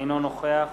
אינו נוכח